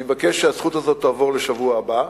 אני מבקש שהזכות הזאת תעבור לשבוע הבא.